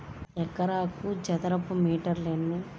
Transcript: హెక్టారుకు చదరపు మీటర్లు ఎన్ని?